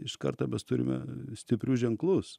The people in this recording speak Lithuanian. iš karto mes turime stiprius ženklus